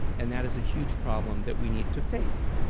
and that is a huge problem that we need to face,